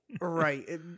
Right